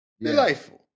delightful